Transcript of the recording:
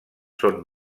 són